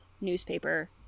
newspaper